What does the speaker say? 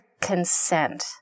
consent